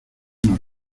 nos